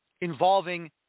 involving